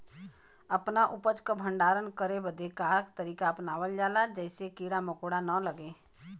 अपना उपज क भंडारन करे बदे का तरीका अपनावल जा जेसे कीड़ा मकोड़ा न लगें?